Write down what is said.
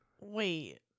wait